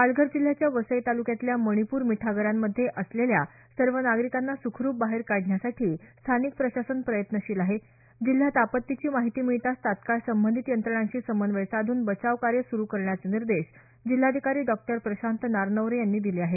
पालघर जिल्ह्याच्या वसई ताल्क्यातल्या मणीपूर मिठागरांमध्ये असलेल्या सर्व नागरीकांना सुखरूप बाहेर काढण्यासाठी स्थानिक प्रशासन प्रयत्नशील आहे जिल्ह्यात आपत्तीची माहिती मिळताच तत्काळ संबंधित यंत्रणांशी समन्वय साधून बचाव कार्य सुरु करण्याचे निर्देश जिल्हाधिकारी डॉ प्रशांत नारनवरे यांनी दिले आहेत